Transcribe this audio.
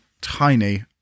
tiny